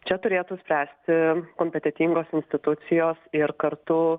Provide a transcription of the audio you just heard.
čia turėtų spręsti kompetentingos institucijos ir kartu